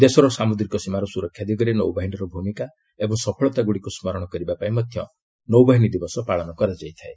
ଦେଶର ସାମୁଦ୍ରିକ ସୀମାର ସୁରକ୍ଷା ଦିଗରେ ନୌବାହିନୀର ଭୂମିକା ଓ ସଫଳତାଗୁଡ଼ିକୁ ସ୍କରଣ କରିବାପାଇଁ ମଧ୍ୟ ନୌବାହିନୀ ଦିବସ ପାଳନ କରାଯାଇଥାଏ